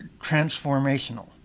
transformational